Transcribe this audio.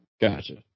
Gotcha